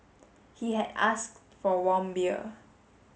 he had asked for warm beer